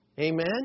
Amen